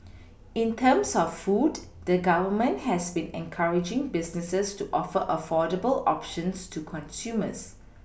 in terms of food the Government has been encouraging businesses to offer affordable options to consumers